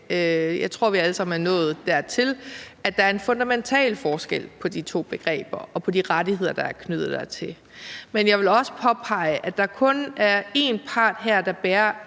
Jeg tror, vi alle sammen er nået dertil, at der er en fundamental forskel på de to begreber og på de rettigheder, der er knyttet dertil. Men jeg vil også påpege, at der kun er én part her, der bærer